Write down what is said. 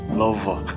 lover